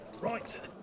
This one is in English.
Right